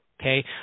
okay